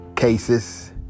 cases